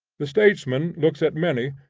the statesman looks at many,